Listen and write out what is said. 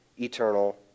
eternal